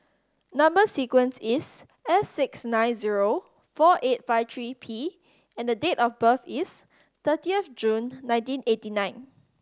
number sequence is S six nine zero four eight five three P and date of birth is thirtieth of June nineteen eighty nine